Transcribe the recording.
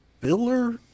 filler